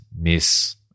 Miss